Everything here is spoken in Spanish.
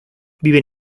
viven